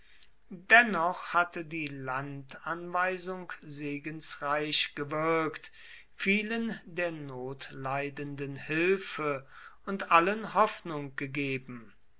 dennoch hatte die landanweisung segensreich gewirkt vielen der notleidenden hilfe und allen hoffnung gegeben